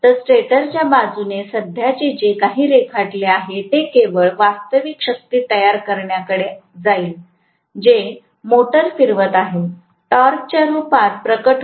तर स्टेटरच्या बाजूने सध्याचे जे काही रेखाटले आहे ते केवळ वास्तविक शक्ती तयार करण्याकडे जाईल जे मोटार फिरवत आहे टॉर्कच्या रूपात प्रकट होते